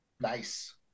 nice